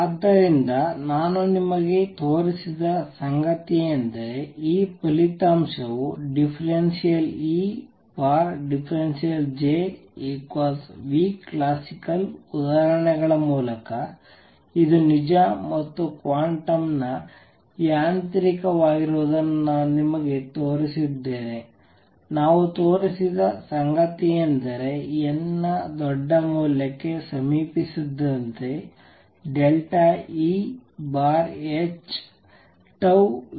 ಆದ್ದರಿಂದ ನಾನು ನಿಮಗೆ ತೋರಿಸಿದ ಸಂಗತಿಯೆಂದರೆ ಈ ಫಲಿತಾಂಶವು ∂E∂JClassical ಉದಾಹರಣೆಗಳ ಮೂಲಕ ಇದು ನಿಜ ಮತ್ತು ಕ್ವಾಂಟಮ್ಯಾಂತ್ರಿಕವಾಗಿರುವುನ್ನು ನಾನು ನಿಮಗೆ ತೋರಿಸಿದ್ದೇನೆ ನಾವು ತೋರಿಸಿದ ಸಂಗತಿಯೆಂದರೆ n ದೊಡ್ಡ ಮೌಲ್ಯಕ್ಕೆ ಸಮೀಪಿಸುತ್ತಿದ್ದಂತೆ Eh→τClassical ಆಗಿದೆ